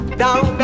down